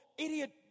Idiot